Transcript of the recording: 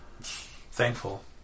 thankful